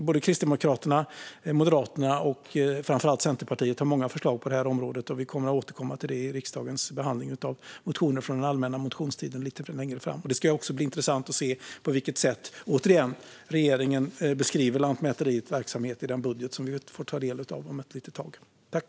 Både Kristdemokraterna och Moderaterna och framför allt Centerpartiet har många förslag på det här området, och vi kommer att återkomma till det i riksdagens behandling av motioner från den allmänna motionstiden lite längre fram. Det ska, återigen, också bli intressant att se på vilket sätt regeringen beskriver Lantmäteriets verksamhet i den budget som vi får ta del av om ett litet tag.